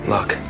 Look